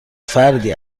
فردی